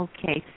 Okay